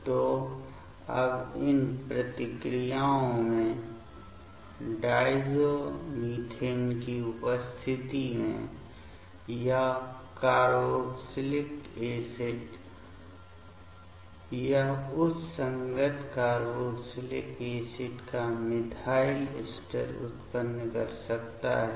तो अब इन प्रतिक्रियाओं में डायज़ोमिथेन की उपस्थिति में यह कार्बोक्जिलिक एसिड यह उस संगत कार्बोक्जिलिक एसिड का मिथाइल एस्टर उत्पन्न कर सकता है